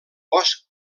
bosc